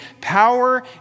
power